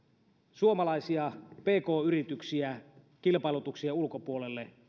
suomalaisia pk yrityksiä kilpailutuksien ulkopuolelle